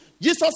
Jesus